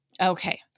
okay